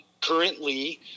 currently